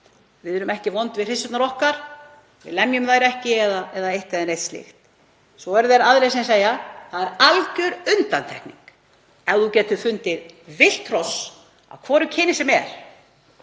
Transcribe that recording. Við erum ekki vond við hryssurnar okkar, við lemjum þær ekki eða eitt eða neitt slíkt. Svo eru aðrir sem segja: Það er alger undantekning ef þú getur fundið villt hross af hvoru kyninu sem er